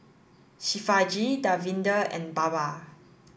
Shivaji Davinder and Baba